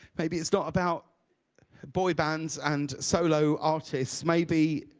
maybe it's not about boy bands and solo artists. maybe